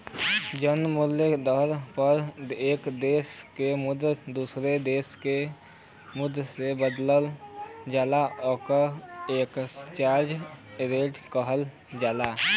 जौन मूल्य दर पर एक देश क मुद्रा दूसरे देश क मुद्रा से बदलल जाला ओके एक्सचेंज रेट कहल जाला